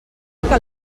que